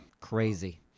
Crazy